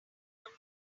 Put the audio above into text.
human